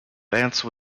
vance